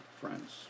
friends